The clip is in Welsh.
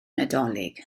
nadolig